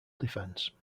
defense